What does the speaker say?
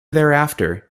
thereafter